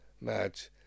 match